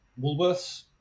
Woolworths